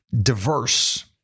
diverse